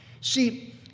See